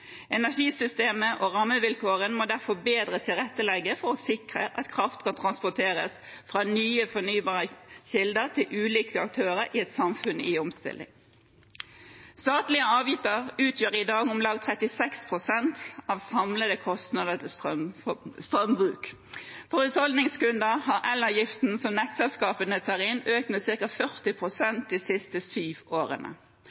energisystemet må håndteres på nye måter. Energisystemet og rammevilkårene må derfor bedre tilrettelegge for å sikre at kraft kan transporteres fra nye fornybare kilder til ulike aktører i et samfunn i omstilling. Statlige avgifter utgjør i dag om lag 36 pst. av samlede kostnader til strømbruk. For husholdningskunder har elavgiften som nettselskapene tar inn, økt med ca. 40